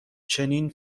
چنین